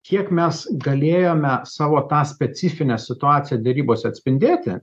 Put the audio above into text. kiek mes galėjome savo tą specifinę situaciją derybose atspindėti